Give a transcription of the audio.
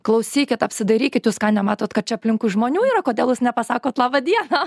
klausykit apsidairykit jūs ką nematot kad čia aplinkui žmonių yra kodėl jūs nepasakot laba diena